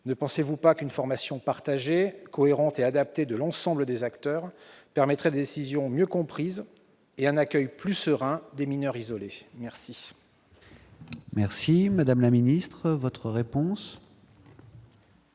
Ne pensez-vous pas qu'une formation partagée, cohérente et adaptée de l'ensemble des acteurs permettrait des décisions mieux comprises et un accueil plus serein des mineurs isolés ? La parole est à Mme la garde des